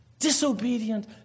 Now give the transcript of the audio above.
disobedient